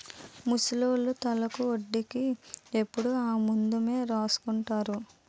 ముసలోళ్లు తలకు ఒంటికి ఎప్పుడు ఆముదమే రాసుకుంటారు